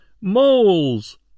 MOLES